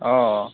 অঁ